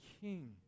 King